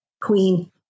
queen